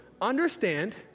understand